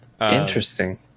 Interesting